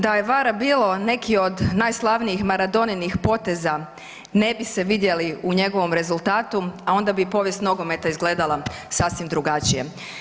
Da je VAR-a bilo neki od najslavnijih Maradoninih poteza ne bi se vidjeli u njegovom rezultatu, a onda bi i povijest nogometa izgledala sasvim drugačije.